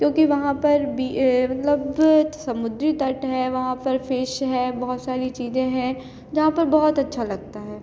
क्योंकि वहाँ पर बी मतलब समुद्री तट है वहाँ पर फिश है बहुत सारी चीजें हैं जहाँ पर बहुत अच्छा लगता है